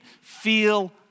feel